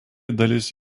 dalis